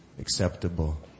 acceptable